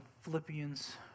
Philippians